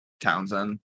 Townsend